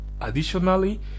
Additionally